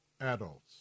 Adults